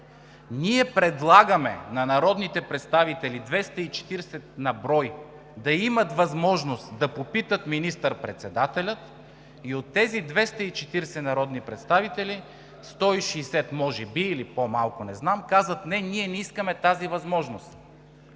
Ние предлагаме на народните представители – 240 на брой, да имат възможност да попитат министър-председателя, и от тези 240 народни представители, 160 може би или по-малко, не знам, казват: не, ние не искаме тази възможност.